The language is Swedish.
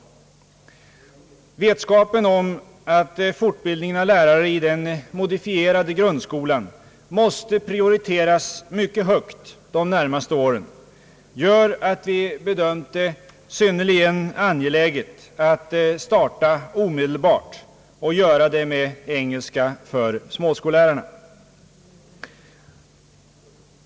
Vetskapen om att fortbildningen av lärare i den modifierade grundskolan måste prioriteras mycket högt de närmaste åren gör att vi bedömt det som synnerligen angeläget att starta omedel bart och göra det med engelska för småskollärarna.